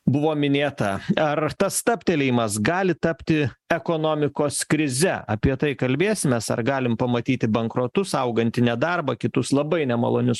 buvo minėta ar tas stabtelėjimas gali tapti ekonomikos krize apie tai kalbėsimės ar galim pamatyti bankrotus augantį nedarbą kitus labai nemalonius